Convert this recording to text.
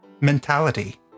mentality